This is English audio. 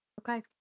Okay